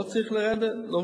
לא צריך להוריד,